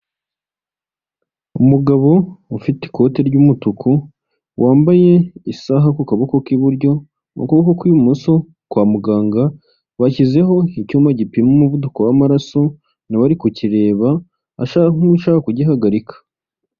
Umugabo ufite ikote ry'umutuku, wambaye isaha ku kaboko k'iburyo, ukuboko kw'ibumoso kwa muganga bashyizeho icyuma gipima umuvuduko w'amaraso, na we ari kukireba, ashaka nk'ushaka kugihagarika.